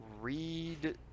read